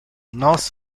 nos